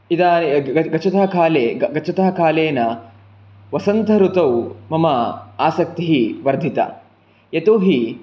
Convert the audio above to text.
गच्छता काले गच्छता कालेन वसन्त ऋतौ मम आसक्तिः वर्धिता यतोहि